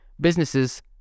Businesses